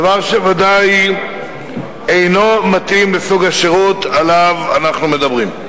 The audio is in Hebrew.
דבר שבוודאי אינו מתאים לסוג השירות שעליו אנחנו מדברים.